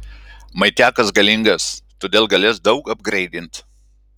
maitiakas galingas todėl galės daug apgreidint